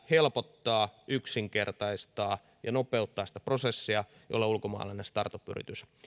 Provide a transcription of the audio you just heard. helpottaa yksinkertaistaa ja nopeuttaa sitä prosessia jolla ulkomaalainen startup yritys